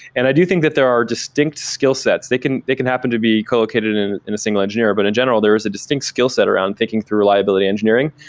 and i do think that there are distinct skillsets. they can they can happen to be co-located in in a single engineer, but in general there is a distinct skillset around thinking through reliability engineering,